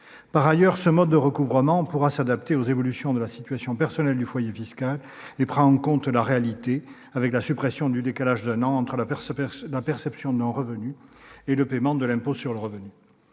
Par ailleurs, ce mode de recouvrement pourra s'adapter aux évolutions de la situation personnelle du foyer fiscal ; en outre, il prend en compte la réalité, avec la suppression du décalage d'un an entre la perception du revenu et le paiement de l'impôt sur le revenu.